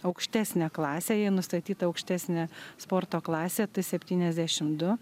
aukštesnę klasę jai nustatyta aukštesnė sporto klasė t septyniasdešim du